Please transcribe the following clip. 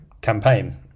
campaign